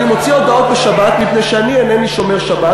אני מוציא הודעות בשבת מפני שאני אינני שומר שבת.